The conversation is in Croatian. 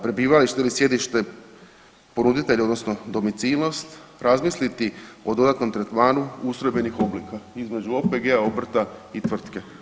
Prebivalište ili sjedište ponuditelja, odnosno domicilnost razmisliti o dodatnom tretmanu ustrojbenih oblika između OPG-a, obrta i tvrtke.